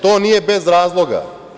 To nije bez razloga.